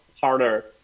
harder